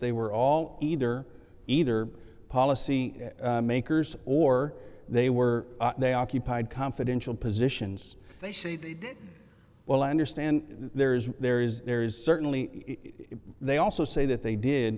they were all either either policy makers or they were they occupied confidential positions they say well i understand there is there is there is certainly they also say that they did